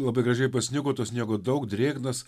labai gražiai pasnigo to sniego daug drėgnas